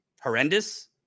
horrendous